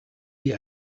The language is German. die